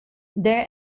their